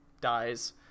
dies